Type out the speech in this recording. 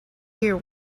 here